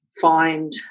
find